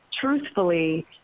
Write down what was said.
truthfully